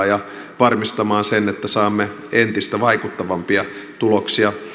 ja varmistamaan sen että saamme entistä vaikuttavampia tuloksia